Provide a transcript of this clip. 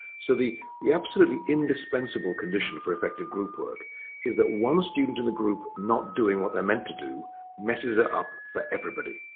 so the the absolutely indispensible condition for effective group work is that one student in the group not doing what they're meant to do messes it up for everybody.